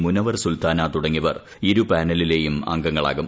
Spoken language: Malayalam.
മുനവർ സുൽത്താന തുടങ്ങിയവർ ഇരുപാനലിലെയും അംഗങ്ങളാകും